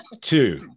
two